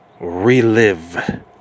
relive